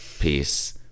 Peace